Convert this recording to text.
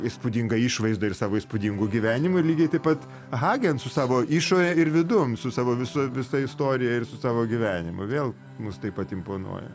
įspūdinga išvaizda ir savo įspūdingu gyvenimu ir lygiai taip pat hagen su savo išore ir vidum su savo visu visa istorija ir su savo gyvenimu vėl mus taip pat imponuoja